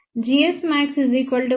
gs max 1